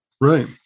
Right